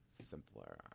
simpler